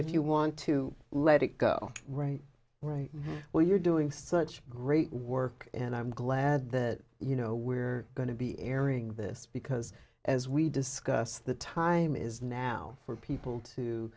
if you want to let it go right right where you're doing such great work and i'm glad that you know we're going to be airing this because as we discussed the time is now for people to